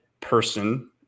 person